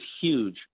huge